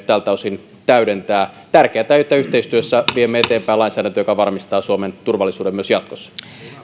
tältä osin täydentää tärkeätä on että yhteistyössä viemme eteenpäin lainsäädäntöä joka varmistaa suomen turvallisuuden myös jatkossa